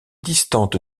distante